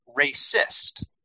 racist